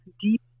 deep